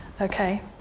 Okay